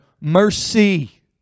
mercy